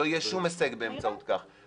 לא יהיה שום הישג באמצעות כך.